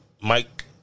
Mike